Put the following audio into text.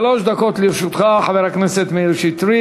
שלוש דקות לרשותך, חבר הכנסת מאיר שטרית.